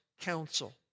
counsel